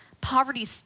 poverty